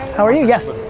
how are you guys,